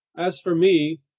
as for me,